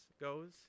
goes